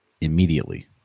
immediately